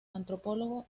antropólogo